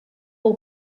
del